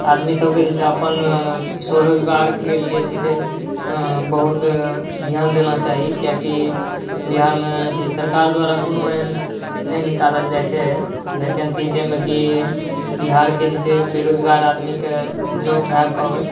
आदमी सभके जे छै अपन स्वरोजगारके लिए जे छै बहुत ध्यान देना चाही किएकि बिहारमे एथी सरकार द्वारा कोनो एहन नहि निकालल जाइ छै वैकेन्सी जाहिमे कि बिहारके जे छै बेरोजगार आदमीके जॉब भय पाबै